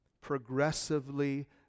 Progressively